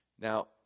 Now